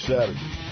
Saturday